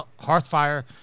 Hearthfire